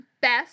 best